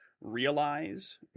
Realize